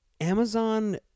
Amazon